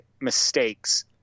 mistakes